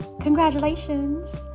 congratulations